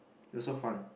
it was so fun